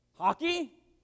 Hockey